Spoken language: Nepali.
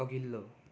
अघिल्लो